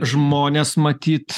žmonės matyt